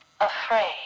afraid